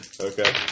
Okay